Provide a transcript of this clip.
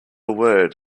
word